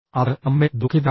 അത് നമ്മെ ദുഃഖിതരാക്കുന്നു